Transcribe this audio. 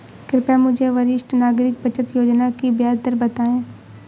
कृपया मुझे वरिष्ठ नागरिक बचत योजना की ब्याज दर बताएं?